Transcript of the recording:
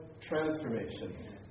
transformation